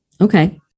Okay